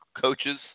coaches